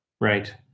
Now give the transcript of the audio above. Right